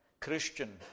Christian